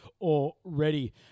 already